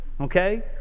Okay